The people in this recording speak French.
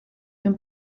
une